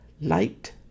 Light